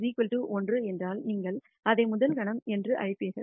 K 1 என்றால் நீங்கள் அதை முதல் கணம் என்று அழைப்பீர்கள்